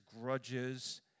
grudges